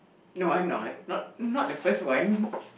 no I'm not not not the first one